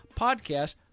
podcast